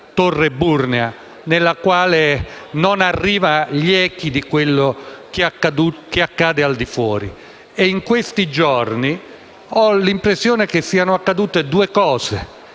torre eburnea nella quale non arrivano gli echi di quanto accade fuori e in questi giorni ho l'impressione che siano accadute due cose